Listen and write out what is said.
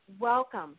welcome